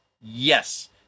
Yes